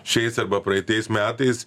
šiais arba praeitais metais